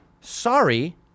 Sorry